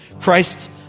Christ